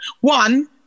One